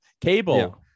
Cable